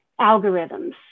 algorithms